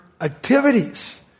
activities